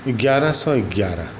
एगारह सए एगारह